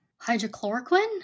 Hydrochloroquine